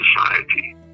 society